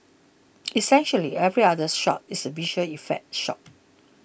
essentially every other shot is a visual effect shot